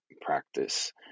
practice